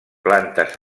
plantes